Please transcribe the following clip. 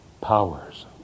powers